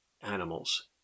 animals